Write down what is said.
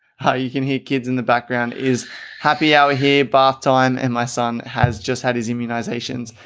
how you can hear kids in the background is happy hour here, bath time, and my son has just had his immunizations,